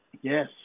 Yes